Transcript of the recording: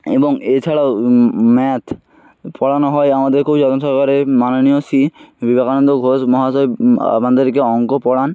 এবং এছাড়াও ম্যাথ পড়ানো হয় আমাদের খুব যত্ন সহকারে মাননীয় শ্রী বিবেকানন্দ ঘোষ মহাশয় আমাদেরকে অঙ্ক পড়ান